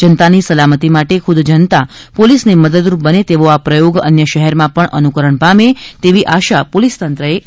જનતાની સલામતી માટે ખુદ જનતા પોલીસને મદદરૂપ બને તેવો આ પ્રયોગ અન્ય શહેરમાં પણ અનુકરણ પામે તેવી આશા પોલીસતંત્રએ રાખી છે